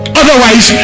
otherwise